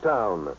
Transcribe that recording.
Town